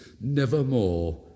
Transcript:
Nevermore